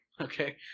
Okay